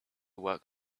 work